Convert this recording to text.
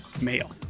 Male